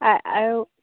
আৰু